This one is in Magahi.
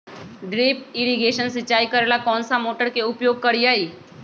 ड्रिप इरीगेशन सिंचाई करेला कौन सा मोटर के उपयोग करियई?